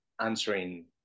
answering